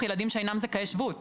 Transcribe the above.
שזה בעצם עד אמצע יוני,